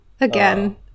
again